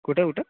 कुठं कुठं